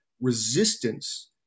resistance